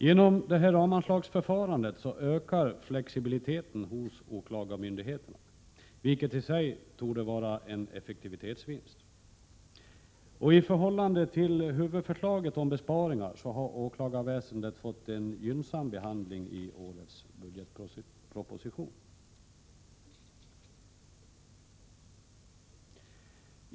Genom ramanslagsförfarandet ökar flexibiliteten hos åklagarmyndigheten, vilket i sig torde vara en effektivitetsvinst. I förhållande till huvudförslaget om besparingar har åklagarväsendet fått en gynnsam behandling i årets budgetproposition.